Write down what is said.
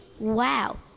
Wow